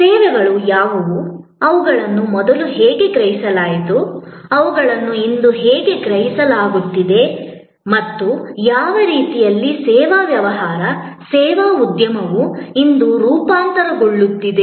ಸೇವೆಗಳು ಯಾವುವು ಅವುಗಳನ್ನು ಮೊದಲು ಹೇಗೆ ಗ್ರಹಿಸಲಾಯಿತು ಅವುಗಳನ್ನು ಇಂದು ಹೇಗೆ ಗ್ರಹಿಸಲಾಗುತ್ತಿದೆ ಮತ್ತು ಯಾವ ರೀತಿಯಲ್ಲಿ ಸೇವಾ ವ್ಯವಹಾರ ಸೇವಾ ಉದ್ಯಮವು ಇಂದು ರೂಪಾಂತರಗೊಳ್ಳುತ್ತಿದೆ